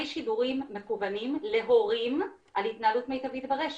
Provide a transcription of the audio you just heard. שידורים מקוונים להורים על התנהלות מיטבית ברשת.